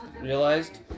realized